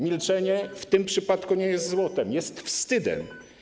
Milczenie w tym przypadku nie jest złotem, jest wstydem.